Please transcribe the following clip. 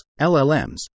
LLMs